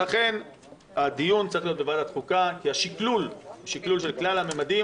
לכן הדיון צריך להיות בוועדת חוקה כי השקלול של כלל הממדים,